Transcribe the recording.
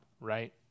right